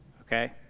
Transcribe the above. Okay